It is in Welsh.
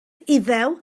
iddew